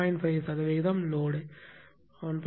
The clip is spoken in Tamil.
5 சதவிகிதம் லோடு 1